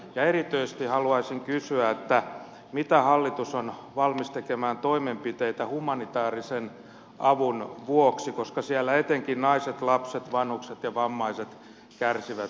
erityisesti haluaisin kysyä mitä toimenpiteitä hallitus on valmis tekemään humanitaarisen avun vuoksi koska siellä etenkin naiset lapset vanhukset ja vammaiset kärsivät